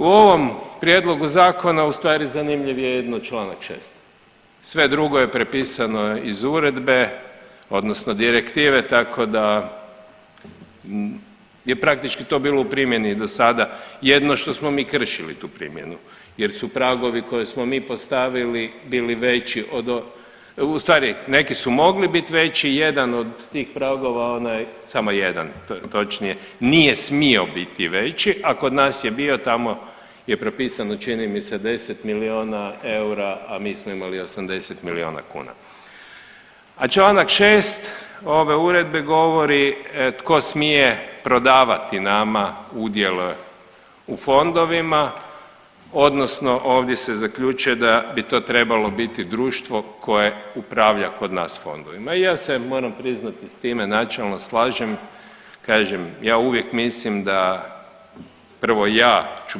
U ovom prijedlogu zakona u stvari zanimljiv je jedino čl. 6., sve drugo je prepisano iz uredbe odnosno direktive tako da je praktički to bilo u primjeni i do sada, jedino što smo mi kršili tu primjenu jer su pragovi koje smo mi postavili bili veći od, u stvari neki su mogli bit veći, jedan od tih pragova onaj, samo jedan to je točnije, nije smio biti veći, a kod nas je bio, tamo je propisano čini mi se 10 milijuna eura, a mi smo imali 80 milijuna kuna, a čl. 6. ove uredbe govori tko smije prodavati nama udjele u fondovima odnosno ovdje se zaključuje da bi to trebalo biti društvo koje upravlja kod nas fondovima i ja se moram priznati s time načelno slažem, kažem ja uvijek mislim da prvo ja ću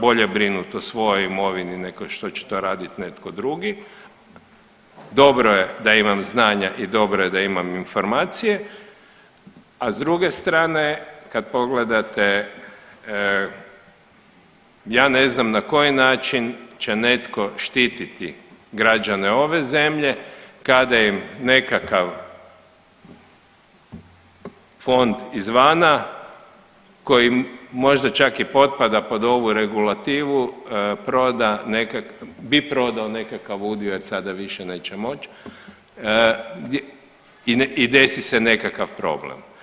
bolje brinut o svojoj imovini nego što će to radit netko drugi, dobro je da imam znanja i dobro je da imam informacije, a s druge strane kad pogledate ja ne znam na koji način će netko štititi građane ove zemlje kada im nekakav fond iz vana koji možda čak i potpada pod ovu regulativu proda, bi prodao nekakav udio jer sada više neće moć i desi se nekakav problem.